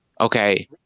okay